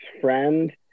friend